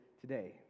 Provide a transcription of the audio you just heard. today